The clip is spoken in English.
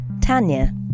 Tanya